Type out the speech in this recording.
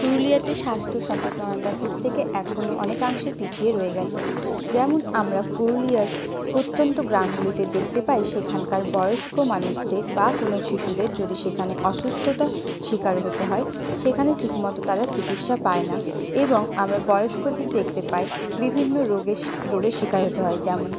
পুরুলিয়াতে স্বাস্থ্য সচেতনতার দিক থেকে এখনও অনেকাংশে পিছিয়ে রয়ে গেছে যেমন আমরা পুরুলিয়ার প্রত্যন্ত গ্রামগুলিতে দেখতে পাই সেখানকার বয়স্ক মানুষদের বা কোনো শিশুদের যদি সেখানে অসুস্থতার শিকার হতে হয় সেখানে ঠিক মতো তারা চিকিৎসা পায় না এবং আমরা বয়স্কদের দেখতে পাই বিভিন্ন রোগের রোগের শিকার হতে হয় যেমন